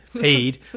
paid